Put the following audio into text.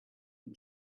him